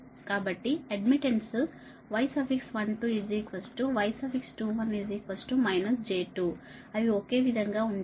కాబట్టి admittance y12 y21 j2 అవి ఒకే విధంగా ఉంటాయి